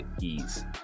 ease